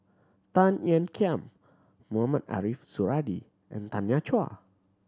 Tan Ean Kiam Mohamed Ariff Suradi and Tanya Chua